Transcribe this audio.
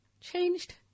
changed